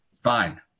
fine